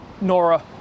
Nora